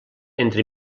entre